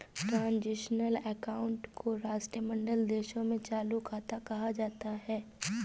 transitional account को राष्ट्रमंडल देशों में चालू खाता कहा जाता है